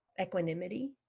equanimity